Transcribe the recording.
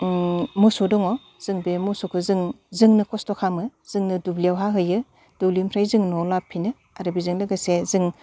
मोसौ दङ जों बे मोसौखौ जों जोंनो खस्थ' खालामो जोंनो दुब्लियावहा होयो दुब्लिनिफ्राय जों न'आव लाबफिनो आरो बेजों लोगोसे जों